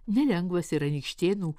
nelengvas ir anykštėnų